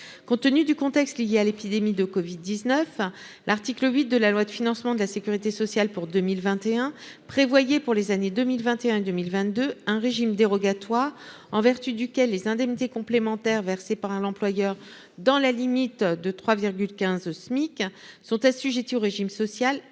Compte tenu du contexte lié à l'épidémie de covid-19, l'article 8 de la loi de financement de la sécurité sociale pour 2021 prévoyait, pour les années 2021 et 2022, un régime dérogatoire en vertu duquel les indemnités complémentaires versées par l'employeur dans la limite de 3,15 Smic sont assujetties au régime social